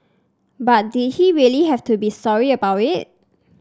but did he really have to be sorry about it